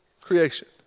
creation